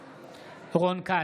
בעד רון כץ,